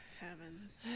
heavens